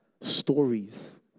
stories